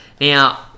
Now